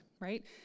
right